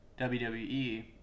WWE